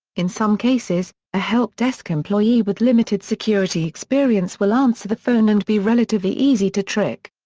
in some cases, a help-desk employee with limited security experience will answer the phone and be relatively easy to trick.